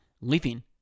living